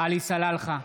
עלי סלאלחה,